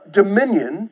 dominion